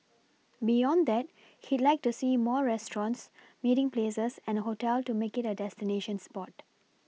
beyond that he'd like to see more restaurants meeting places and a hotel to make it a destination spot